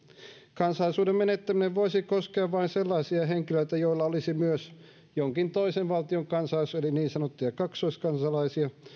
kansalaisuuden menettäminen voisi koskea vain sellaisia henkilöitä joilla olisi myös jonkin toisen valtion kansalaisuus eli niin sanottuja kaksoiskansalaisia